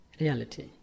reality